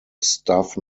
staff